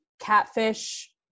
catfish